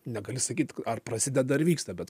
negali sakyt ar prasideda ar vyksta bet